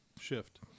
shift